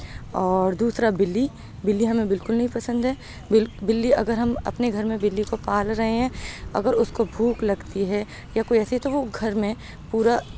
اور دوسرا بلی بلی ہمیں بالکل نہیں پسند ہے بلی اگر ہم اپنے گھر میں بلی کو پال رہے ہیں اگر اس کو بھوک لگتی ہے یا کوئی ایسے تو وہ گھر میں پورا